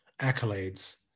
accolades